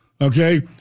Okay